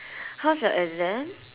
how's your exam